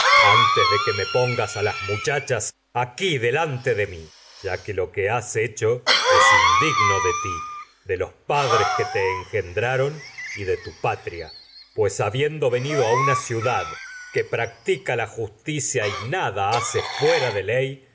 antes de que me las mucha aquí delante de mi ya que lo que has hecho es in y digno de ti de los padres que te engendraron de tu pa tria pues habiendo venido nada de a una ciudad que practica la con justicia y hace esta fuera de ley